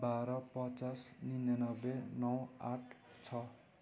बाह्र पचास उनानब्बे नौ आठ छ